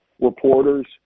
reporters